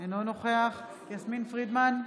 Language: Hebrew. אינו נוכח יסמין פרידמן,